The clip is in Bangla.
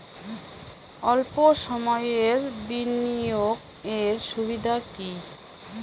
অল্প সময়ের বিনিয়োগ এর সুবিধা কি?